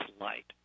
light